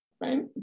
right